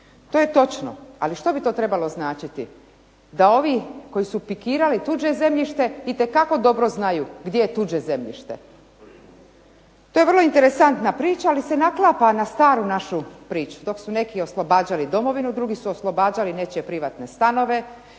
To je točno, ali što bi to trebalo značiti? Da ovi koji su pikirali tuđe zemljište itekako dobro znaju gdje je tuđe zemljište. To je vrlo interesantna priča, ali se naklapa na staru našu priču. Dok su neki oslobađali Domovinu drugi su oslobađali nečije privatne stanove,